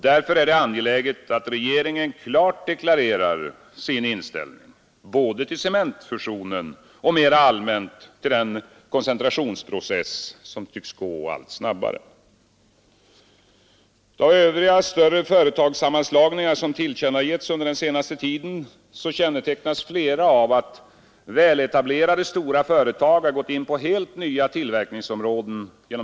Därför är det angeläget att regeringen klart deklarerar sin inställning både till cementfusionen och mera allmänt till den koncentrationsprocess som tycks gå allt snabbare. Av övriga större företagssammanslagningar som tillkännagivits den senaste tiden kännetecknas flera av att väletablerade stora företag genom dessa köp gått in på helt nya tillverkningsområden.